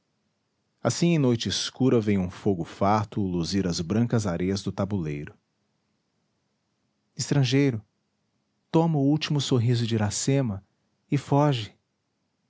em noite escura vem um fogofátuo luzir as brancas areias do tabuleiro estrangeiro toma o último sorriso de iracema e foge